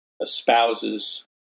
espouses